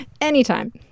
Anytime